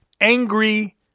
angry